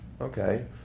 Okay